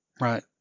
Right